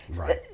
Right